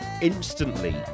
instantly